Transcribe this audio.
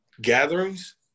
gatherings